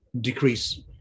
decrease